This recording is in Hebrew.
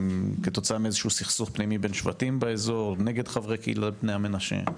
כתוצאה מסכסוך פנימי בין שבטים באזור נגד חברי קהילת בני המנשה.